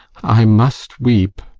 i must weep,